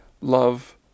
love